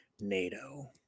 NATO